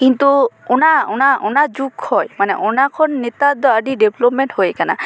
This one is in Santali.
ᱠᱤᱱᱛᱩ ᱚᱱᱟ ᱚᱱᱟ ᱚᱱᱟ ᱡᱩᱠ ᱠᱷᱚᱡ ᱢᱟᱱᱮ ᱚᱱᱟ ᱠᱷᱚᱱ ᱱᱮᱛᱟᱨ ᱫᱚ ᱟᱹᱰᱤ ᱰᱮᱵᱞᱳᱯᱢᱮᱱᱴ ᱦᱩᱭ ᱟᱠᱟᱱᱟ